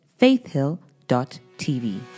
faithhill.tv